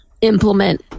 implement